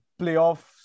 playoffs